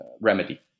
remedy